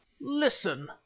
Listen